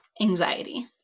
Anxiety